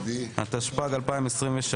התשפ"ג 2023,